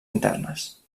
internes